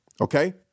okay